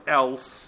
else